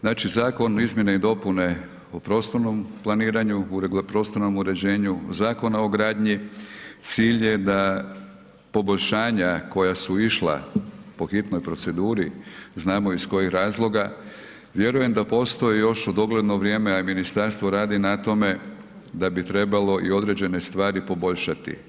Znači zakona, Izmjene i dopune o prostornom planiranju, prostornom uređenju Zakona o gradnji cilj je da poboljšanja koja su išla po hitnoj proceduri znamo iz kojih razloga vjerujem da postoji još u dogledno vrijeme, a ministarstvo radi na tome da bi trebalo i određene stvari poboljšati.